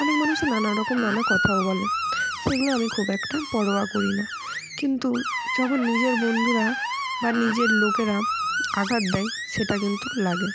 অনেক মানুষে নানা রকম নানা কথাও বলে সেইগুলো আমি খুব একটা পরোয়া করি না কিন্তু যখন নিজের বন্ধুরা বা নিজের লোকেরা আঘাত দেয় সেটা কিন্তু লাগে